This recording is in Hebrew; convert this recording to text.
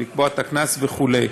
לקבוע את הקנס וכו'.